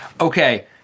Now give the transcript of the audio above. Okay